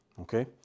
Okay